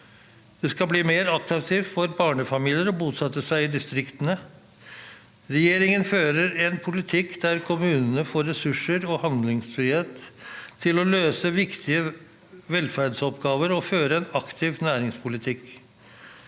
Det skal bli mer attraktivt for barnefamilier å bosette seg i distriktene. Regjeringen fører en politikk der kommunene får ressurser og handlefrihet til å løse viktige velferdsoppgaver og føre en aktiv næringspolitikk.